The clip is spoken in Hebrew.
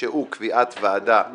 שהוא - קביעת ועדה משותפת,